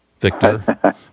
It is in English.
Victor